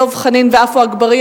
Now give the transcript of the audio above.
דב חנין ועפו אגבאריה,